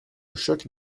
choc